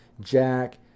Jack